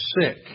sick